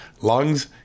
lungs